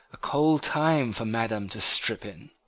a cold time for madam to strip in!